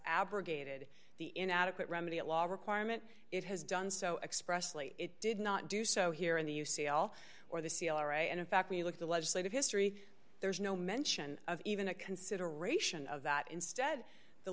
abrogated the inadequate remedy a law requirement it has done so expressly it did not do so here in the u c l or the c l r and in fact we look at the legislative history there's no mention of even a consideration of that instead the